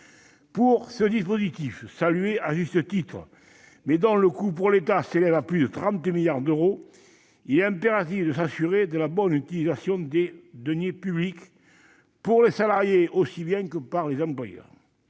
Pour ce dispositif, salué à juste titre, mais dont le coût pour l'État s'élève à plus de 30 milliards d'euros, il est impératif de s'assurer de la bonne utilisation des deniers publics, par les salariés aussi bien que par les employeurs,